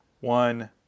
one